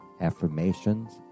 affirmations